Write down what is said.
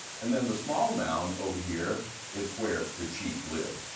and then the small mound over here is where the chief lived.